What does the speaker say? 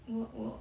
work 我